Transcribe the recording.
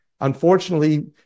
Unfortunately